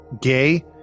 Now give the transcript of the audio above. gay